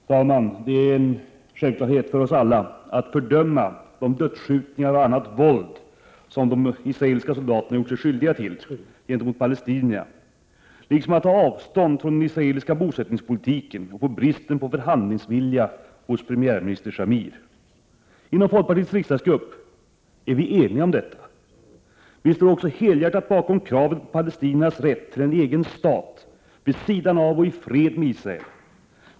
Herr talman! Det är en självklarhet för oss alla att fördöma de dödsskjutningar och annat våld som de israeliska soldaterna har gjort sig skyldiga till gentemot palestinierna, liksom att ta avstånd från den israeliska bosättningspolitiken och bristen på förhandlingsvilja hos premiärminister Shamir. Inom folkpartiets riksdagsgrupp är vi eniga om detta. Vi står också helhjärtat bakom kravet att palestinierna har rätt till en egen stat vid sidan av och i fred med Israel.